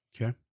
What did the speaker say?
Okay